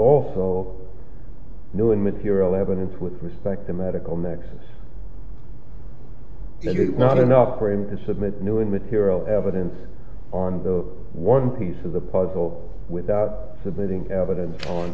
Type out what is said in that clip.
also no in material evidence with respect to medical nexus that it not enough for him to submit new immaterial evidence on the one piece of the puzzle without submitting evidence on